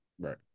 Right